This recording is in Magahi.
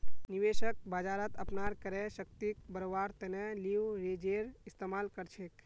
निवेशक बाजारत अपनार क्रय शक्तिक बढ़व्वार तने लीवरेजेर इस्तमाल कर छेक